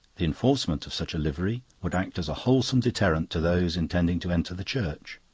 the enforcement of such a livery would act as a wholesome deterrent to those intending to enter the church.